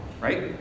right